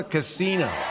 Casino